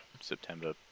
September